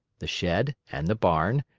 the shed, and the barn,